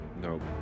Nope